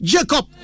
Jacob